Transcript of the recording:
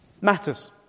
matters